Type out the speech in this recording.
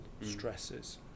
stresses